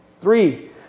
Three